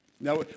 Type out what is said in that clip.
Now